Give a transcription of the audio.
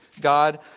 God